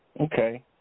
Okay